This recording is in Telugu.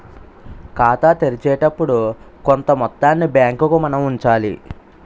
ఖాతా తెరిచేటప్పుడు కొంత మొత్తాన్ని బ్యాంకుకు మనం ఉంచాలి